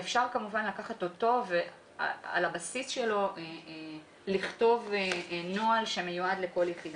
ואפשר כמובן לקחת אותו ועל הבסיס שלו לכתוב נוהל שמיועד לכל יחידה.